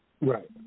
Right